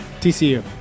TCU